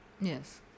Yes